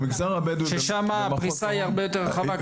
שם הפריסה היא הרבה יותר רחבה?